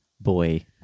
boy